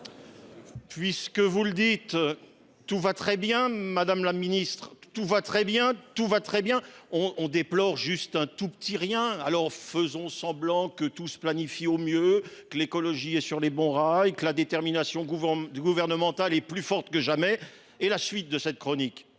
Puisque vous le dites, tout va très bien, madame la ministre, tout va très bien, tout va très bien ! Nous ne déplorons qu’un tout petit rien ! Faisons donc semblant que tout se planifie au mieux, que l’écologie est sur les bons rails et que la détermination gouvernementale est plus forte que jamais ! Mais quelle sera la suite de cette chronique ?